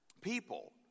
people